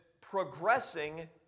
progressing